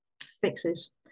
fixes